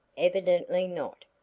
evidently not,